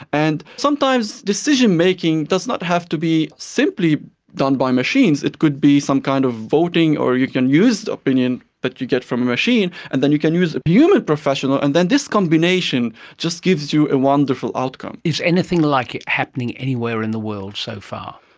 and sometimes decision-making does not have to be simply done by machines, it could be some kind of voting or you can use the opinion that but you get from a machine and then you can use a human professional and then this combination just gives you a wonderful outcome. is anything like it happening anywhere in the world so far?